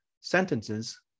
sentences